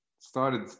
started